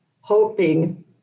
hoping